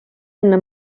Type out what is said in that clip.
enne